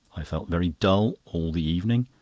i felt very dull all the evening,